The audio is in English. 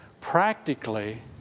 Practically